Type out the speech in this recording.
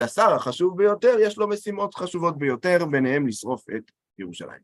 השר החשוב ביותר, יש לו משימות חשובות ביותר, ביניהם לשרוף את ירושלים.